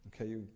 okay